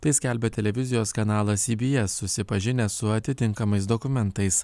tai skelbia televizijos kanalas cbs susipažinęs su atitinkamais dokumentais